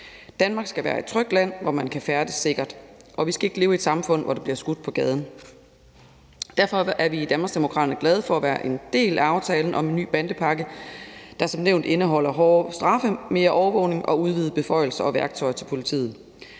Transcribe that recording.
Danmark skal være et trygt land, hvor man kan færdes sikkert, og vi skal ikke leve i et samfund, hvor der bliver skudt på gaden. Derfor er vi i Danmarksdemokraterne glade for at være en del af aftalen om en ny bandepakke, der som nævnt indeholder hårde straffe, mere overvågning og udvidede beføjelser og værktøjer til politiet.